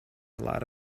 lot